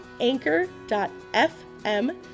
anchor.fm